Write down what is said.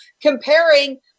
comparing